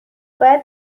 باید